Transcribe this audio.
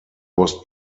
was